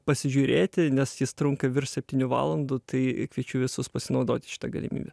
pasižiūrėti nes jis trunka virš septynių valandų tai kviečiu visus pasinaudoti šita galimybe